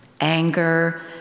anger